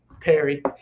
Perry